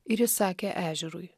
ir įsakė ežerui